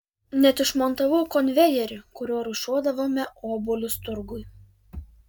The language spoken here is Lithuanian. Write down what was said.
net išmontavau konvejerį kuriuo rūšiuodavome obuolius turgui